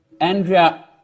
Andrea